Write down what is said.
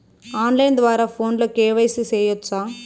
on line ద్వారా ఫోనులో KYC సేయొచ్చా